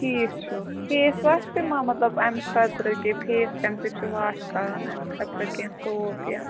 ٹھیٖک چھُ face wash تہِ ما مطلب اَمہِ خٲطرٕ کیٚنٛہہ فیس کَمہِ سۭتۍ چھُ واش کَرُن اَمہِ خٲطرٕ کیٚنٛہہ سوپ یا